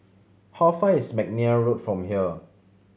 how far is McNair Road from here